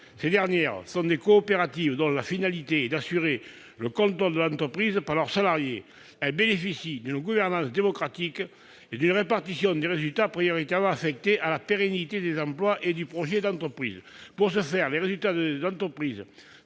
actuellement applicable aux SCOP, dont la finalité est d'assurer le contrôle de l'entreprise par leurs salariés. Celles-ci bénéficient d'une gouvernance démocratique et d'une répartition des résultats prioritairement affectés à la pérennité des emplois et du projet d'entreprise. Pour ce faire, les résultats des entreprises